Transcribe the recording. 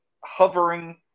hovering